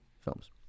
films